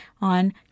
on